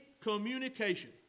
communication